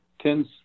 tens